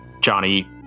Johnny